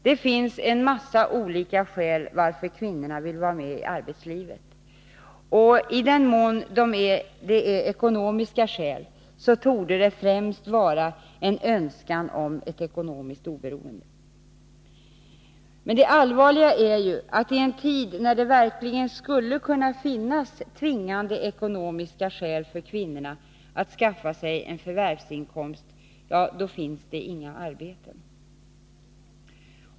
Det finns en mängd olika skäl till att kvinnorna vill vara med i arbetslivet, och i den mån det är ekonomiska skäl torde det främst vara en önskan om ett ekonomiskt oberoende. Det allvarliga är ju att det i en tid när det verkligen skulle finnas tvingande ekonomiska skäl för kvinnorna att skaffa sig en förvärvsinkomst, då finns det inga arbeten.